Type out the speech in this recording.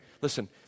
Listen